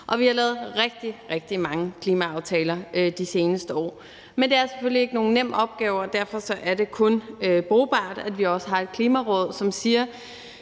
og vi har lavet rigtig, rigtig mange klimaaftaler de seneste år. Men det er selvfølgelig ikke nogen nem opgave, og derfor er det kun brugbart, at vi også har et Klimaråd, som også